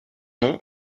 nom